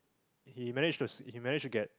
he managed to he managed to get